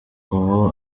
ubu